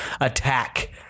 attack